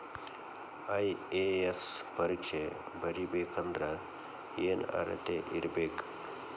IAS ಪರೇಕ್ಷೆ ಬರಿಬೆಕಂದ್ರ ಏನ್ ಅರ್ಹತೆ ಇರ್ಬೇಕ?